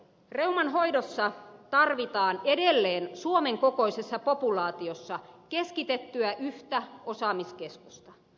reuman hoidossa tarvitaan edelleen suomen kokoisessa populaatiossa yhtä keskitettyä osaamiskeskusta